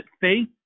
faith